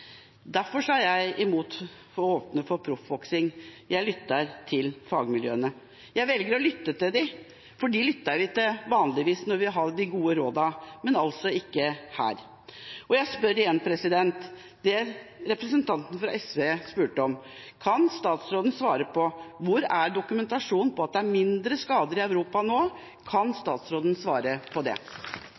Derfor er jeg imot å åpne for proffboksing. Jeg lytter til fagmiljøene. Jeg velger å lytte til dem, for dem lytter vi vanligvis til når vi vil ha de gode rådene, men altså ikke her. Jeg spør om det samme som representanten fra SV spurte om: Kan statsråden svare på hvor dokumentasjonen er på at det er mindre skader i Europa nå? Kan statsråden svare på det?